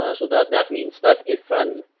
um so that that means that if an